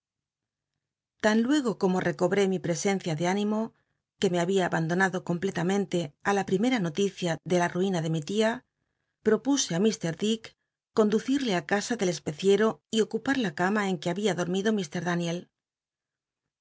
tan luego como recobré mi pesencia de ánimo c ue me había abandonado completamente i la primea noticia de la uina de mi tia propuse á mr dick conducirle á casa del espec y ocupar la dick conducil'le i casa lel especiero y ocupa cama en que había dormido